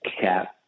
cap